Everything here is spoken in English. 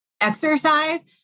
exercise